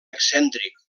excèntric